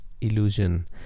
illusion